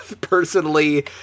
Personally